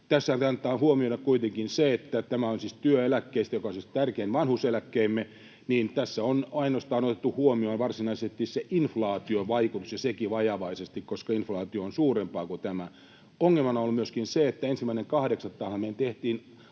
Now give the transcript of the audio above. Tässä kannattaa huomioida kuitenkin se, että tässä on kyse työeläkkeestä, joka on siis tärkein vanhuuseläkkeemme, ja tässä on otettu huomioon varsinaisesti ainoastaan se inflaatiovaikutus ja sekin vajavaisesti, koska inflaatio on suurempaa kuin tämä. Ongelmana on myöskin se, että 1.8. me tehtiin